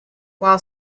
while